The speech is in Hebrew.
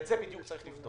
את זה בדיוק צריך לבדוק.